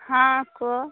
ହଁ କୁହ